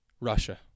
Russia